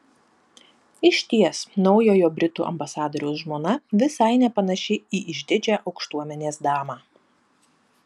išties naujojo britų ambasadoriaus žmona visai nepanaši į išdidžią aukštuomenės damą